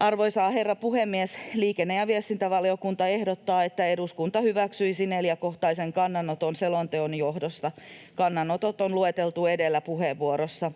Arvoisa herra puhemies! Liikenne- ja viestintävaliokunta ehdottaa, että eduskunta hyväksyisi neljäkohtaisen kannanoton selonteon johdosta. Kannanotot on lueteltu edellä puheenvuorossa.